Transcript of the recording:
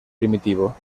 primitivo